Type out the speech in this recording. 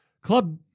Club